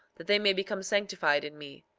that they may become sanctified in me,